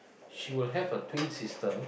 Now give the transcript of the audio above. she will have a twin sister